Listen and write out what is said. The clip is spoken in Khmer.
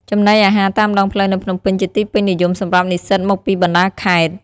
ចំណីអាហារតាមដងផ្លូវនៅភ្នំពេញជាទីពេញនិយមសម្រាប់និស្សិតមកពីបណ្តាខេត្ត ។